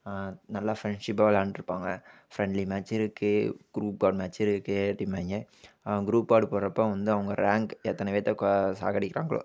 நல்லா ஃப்ரெண்ட்ஸிப்பாக விளாயாண்ட்ருப்பாங்க ஃப்ரெண்ட்லி மேச்சு இருக்குது க்ரூப் கார்டு மேச்சு இருக்குது அப்படிம்பாய்ங்க கார்ட் போடுறப்ப வந்து அவங்க ரேங்க் எத்தனை பேர்த்தை சாகடிக்கிறாங்களோ